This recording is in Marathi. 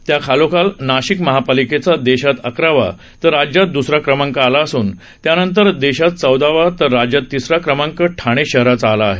त्याखालोखाल नाशिक महापालिकेचा देशात अकरावा तर राज्यात दुसरा क्रमांक आला असून त्यानंतर देशात चौदावा तर राज्यात तिसरा क्रमांक ठाणे शहराचा आला आहे